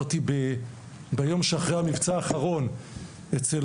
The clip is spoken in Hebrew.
ביום שאחרי המבצע האחרון ביקרתי אצל